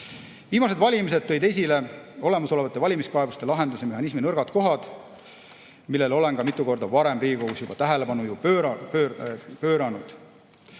valimised tõid esile olemasoleva valimiskaebuste lahendamise mehhanismi nõrgad kohad, millele olen ka mitu korda varem Riigikogus juba tähelepanu pööranud.